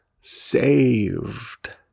saved